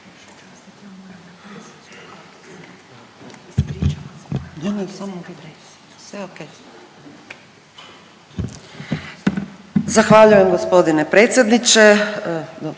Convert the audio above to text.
Zahvaljujem g. predsjedniče.